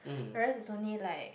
whereas it's only like